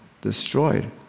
destroyed